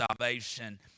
salvation